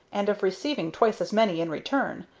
and of receiving twice as many in return.